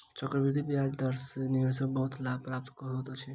चक्रवृद्धि ब्याज दर सॅ निवेशक के बहुत लाभ प्राप्त होइत अछि